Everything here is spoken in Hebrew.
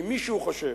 ואם מישהו חושב